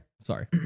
Sorry